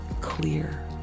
clear